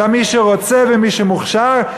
אלא מי שרוצה ומי שמוכשר,